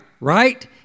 Right